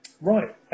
Right